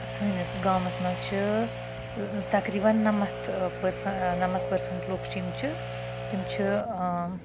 سٲنِس گامَس منٛز چھُ تقریٖباً نَمَتھ نَمَتھ پٔرسَنٛٹ لُکھ چھِ یِم چھِ تِم چھِ